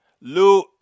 Lou